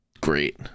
great